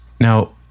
Now